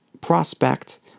prospect